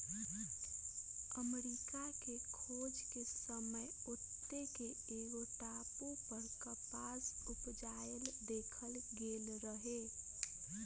अमरिका के खोज के समय ओत्ते के एगो टापू पर कपास उपजायल देखल गेल रहै